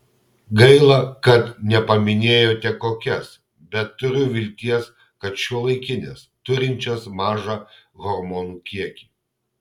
gaila kad nepaminėjote kokias bet turiu vilties kad šiuolaikines turinčias mažą hormonų kiekį